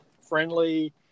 friendly